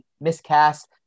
miscast